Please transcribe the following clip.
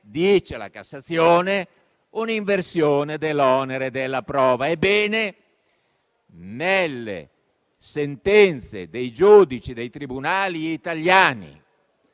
dice che c'è un'inversione dell'onere della prova. Ebbene, nelle sentenze dei giudici dei tribunali italiani